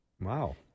Wow